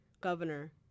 governor